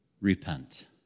repent